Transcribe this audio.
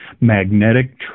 magnetic